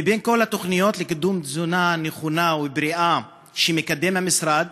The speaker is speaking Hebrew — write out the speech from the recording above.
בין כל התוכניות לקידום תזונה נכונה ובריאה שמקדם המשרד